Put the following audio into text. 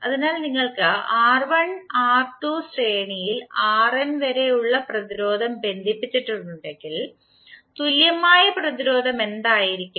അതിനാൽ നിങ്ങൾക്ക് R1 R2 ശ്രേണിയിൽ Rn വരെ ഉള്ള പ്രതിരോധം ബന്ധിപ്പിച്ചിട്ടുണ്ടെങ്കിൽ തുല്യമായ പ്രതിരോധം എന്തായിരിക്കും